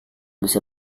bisa